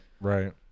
right